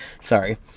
Sorry